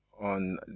on